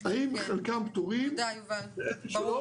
האם חלקם פטורים או שלא.